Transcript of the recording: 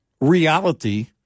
Reality